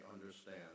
understand